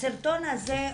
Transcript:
הסרטון הזה,